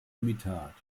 imitat